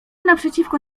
naprzeciwko